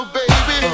baby